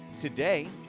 today